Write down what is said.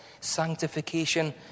sanctification